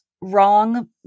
wrong